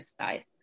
side